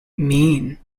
mean